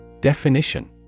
Definition